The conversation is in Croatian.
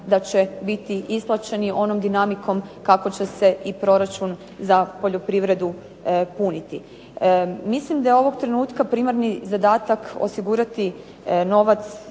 da će biti isplaćeni onom dinamikom kako će se proračun za poljoprivredu puniti. Mislim da je ovog trenutka primarni zadatak osigurati novac